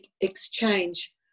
exchange